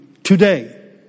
Today